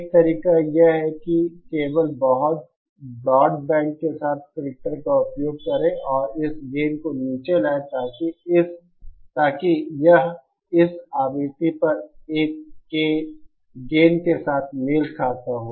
एक तरीका यह है कि केवल बहुत ब्रॉडबैंड के साथ फ़िल्टर का उपयोग करें और इस गेन को नीचे लाएं ताकि यह इस आवृत्ति पर एक के गेन के साथ मेल खाता हो